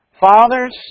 Fathers